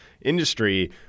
industry